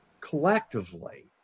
collectively